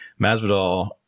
Masvidal